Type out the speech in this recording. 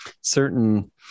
certain